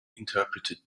interpreted